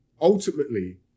ultimately